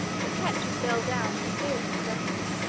but kept his veil down for fear of discovery.